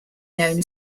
known